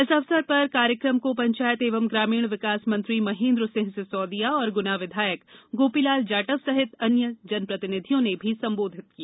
इस अवसर पर कार्यक्रम को पंचायत एवं ग्रामीण विकास मंत्री महेन्द्र सिंह सिसौदिया एवं गुना विधायक गोपीलाल जाटव सहित अन्य जनप्रतिनिधियों ने भी संबोधित किया